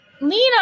Lena